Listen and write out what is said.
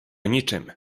niczym